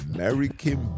American